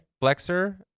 Flexor